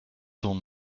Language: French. sont